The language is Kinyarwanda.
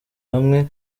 hamwe